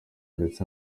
ndetse